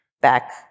back